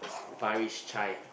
Parish-Chai